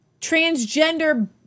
transgender